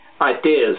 ideas